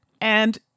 And-